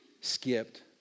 skipped